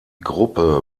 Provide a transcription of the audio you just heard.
gruppe